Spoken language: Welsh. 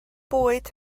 bwyd